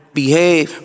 behave